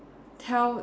tell